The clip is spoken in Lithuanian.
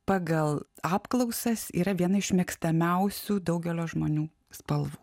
pagal apklausas yra viena iš mėgstamiausių daugelio žmonių spalvų